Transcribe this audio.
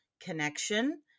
connection